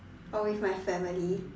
or with my family